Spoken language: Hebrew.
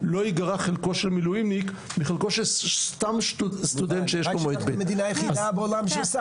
לא ייגרע חלקו של מילואימניק מחלקו של סתם סטודנט שיש לו מועד ב'.